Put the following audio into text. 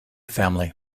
family